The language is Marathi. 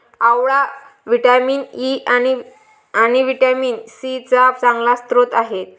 आवळा व्हिटॅमिन ई आणि व्हिटॅमिन सी चा चांगला स्रोत आहे